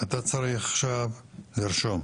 אתה צריך עכשיו לרשום.